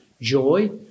Joy